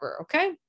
Okay